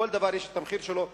לכל דבר יש המחיר שלו,